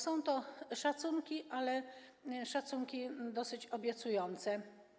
Są to szacunki, ale szacunki dosyć obiecujące.